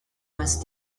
was